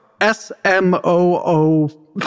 S-M-O-O